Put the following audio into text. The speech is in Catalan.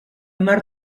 mar